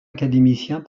académicien